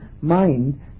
mind